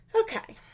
Okay